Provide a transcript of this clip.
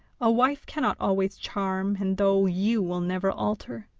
a wife cannot always charm, and though you will never alter,